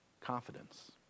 Confidence